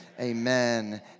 amen